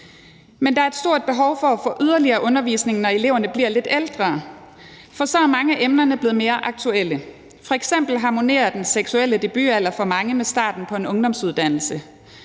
For der er et stort behov for at få yderligere undervisning, når eleverne bliver lidt ældre, for så er mange af emnerne blevet mere aktuelle. F.eks. harmonerer den seksuelle debutalder for mange med starten på en ungdomsuddannelse.